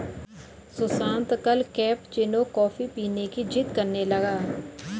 सुशांत कल cappuccino coffee पीने की जिद्द करने लगा